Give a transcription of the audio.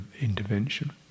intervention